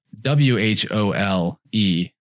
W-H-O-L-E